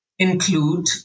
Include